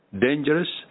dangerous